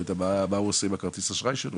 יודע מה הוא עושה עם הכרטיס אשראי שלו,